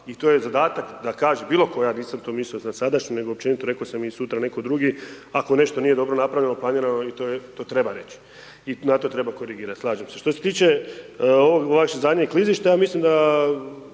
i to je zadatak, da kaže, bilo koja, nisam to mislio za sadašnju nego općenito, rekao sam i sutra neko drugi, ako nešto nije dobro napravljeno, planirano, to treba reći. I na to treba korigirati, slažem se. Što se tiče ovog vašeg zadnjeg klizišta, ja mislim da